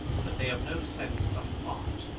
but they have no sense of art.